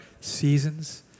seasons